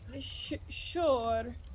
Sure